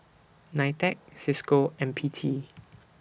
NITEC CISCO and P T